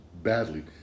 Badly